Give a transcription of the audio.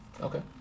Okay